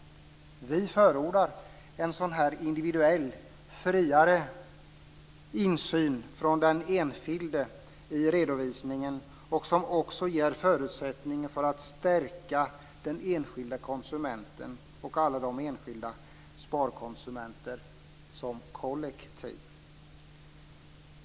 Vi förordar en sådan individuell och friare insyn från den enskilde i redovisningen, vilket också ger förutsättningar för att stärka den enskilde konsumenten och alla enskilda "sparkonsumenter" som kollektiv.